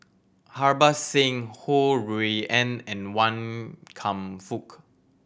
Harbans Singh Ho Rui An and Wan Kam Fook